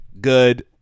good